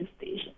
station